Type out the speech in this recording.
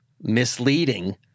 misleading